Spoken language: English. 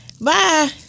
Bye